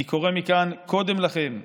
אני קורא מכאן קודם לכן לכם,